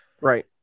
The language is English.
Right